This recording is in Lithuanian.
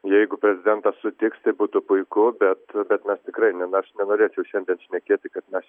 jeigu prezidentas sutiks tai būtų puiku bet bet mes tikrai ne aš nenorėčiau šiandien šnekėti kad mes